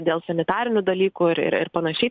dėl sanitarinių dalykų ir ir panašiai